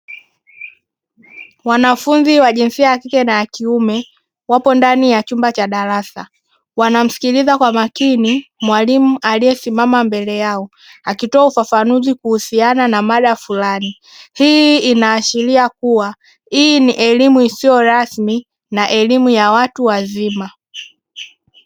Wanafunzi wa jinsia ya kike na kiume wapo ndani ya chumba cha darasa wanamsikiliza kwa makini mwalimu aliyesimama mbele yao akitoa ufafanuzi kuhusiana na mada fulani, hii inaashiria kuwa hii ni elimu isiyo rasmi na elimu ya watu wazima.